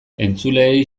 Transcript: entzuleei